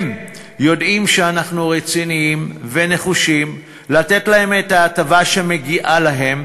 הם יודעים שאנחנו רציניים ונחושים לתת את ההטבה שמגיעה להם,